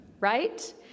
right